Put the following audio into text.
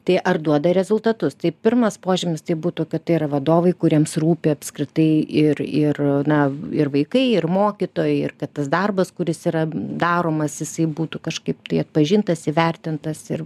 tai ar duoda rezultatus tai pirmas požymis tai būtų kad tai yra vadovai kuriems rūpi apskritai ir ir na ir vaikai ir mokytojai ir kad tas darbas kuris yra daromas jisai būtų kažkaip tai atpažintas įvertintas ir